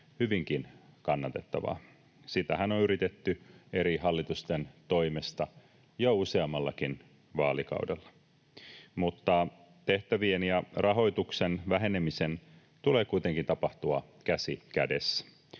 hyvinkin kannatettavaa. Sitähän on yritetty eri hallitusten toimesta jo useammallakin vaalikaudella, mutta tehtävien ja rahoituksen vähenemisen tulee kuitenkin tapahtua käsi kädessä.